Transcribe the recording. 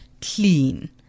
clean